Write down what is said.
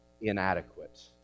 inadequate